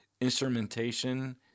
instrumentation